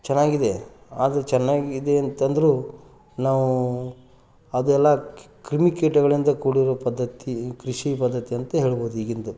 ಚೆನ್ನಾಗಿದೆ ಆದರೆ ಚೆನ್ನಾಗಿದೆ ಅಂತಂದ್ರೂ ನಾವು ಅದೆಲ್ಲ ಕ್ರಿಮಿಕೀಟಗಳಿಂದ ಕೂಡಿರುವ ಪದ್ಧತಿ ಈ ಕೃಷಿ ಪದ್ಧತಿ ಅಂತ ಹೇಳ್ಬೋದು ಈಗಿನದು